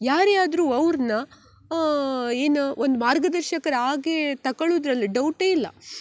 ಯಾರೇ ಆದರೂ ಅವ್ರನ್ನ ಏನು ಒಂದು ಮಾರ್ಗದರ್ಶಕರಾಗೇ ತಕಳುದ್ರಲ್ಲಿ ಡೌಟೇ ಇಲ್ಲ